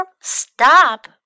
stop